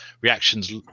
reactions